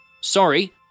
sorry